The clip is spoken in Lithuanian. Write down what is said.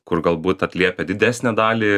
kur galbūt atliepia didesnę dalį